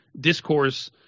discourse